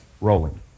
rolling